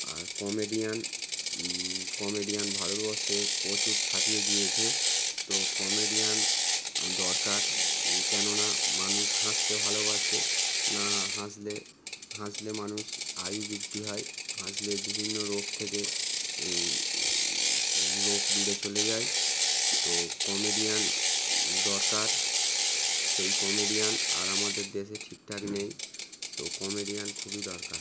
আর comedian comedian ভারতবর্ষে প্রচুর ছাপিয়ে গিয়েছে তো কমেডিয়ান দরকার কেন না মানুষ হাসতে ভালোবাসে না হাসলে হাসলে মানুষের আয়ু বৃদ্ধি হয় হাসলে বিভিন্ন রোগ থেকে রোগ দূরে চলে যায় তো কমেডিয়ান দরকার সেই কমেডিয়ান আর আমাদের দেশে ঠিকঠাক নেই তো কমেডিয়ান খুবই দরকার